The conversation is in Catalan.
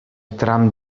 tram